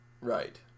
Right